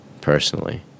personally